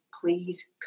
please